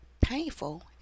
painful